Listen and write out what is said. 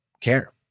care